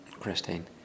Christine